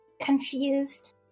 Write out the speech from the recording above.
Confused